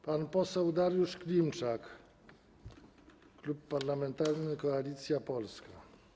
Pan poseł Dariusz Klimczak, Klub Parlamentarny Koalicja Polska.